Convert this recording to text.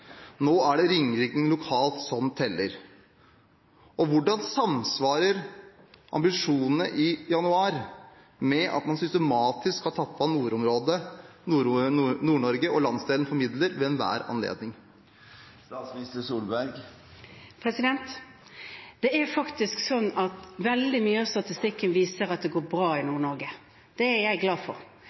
det nå er ringvirkningene lokalt som teller. Hvordan samsvarer ambisjonene i januar med at man systematisk har tappet nordområdene og landsdelen Nord-Norge for midler ved enhver anledning? Veldig mye av statistikken viser at det går bra i Nord-Norge. Det er jeg glad for.